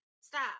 stop